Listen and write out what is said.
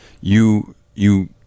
you—you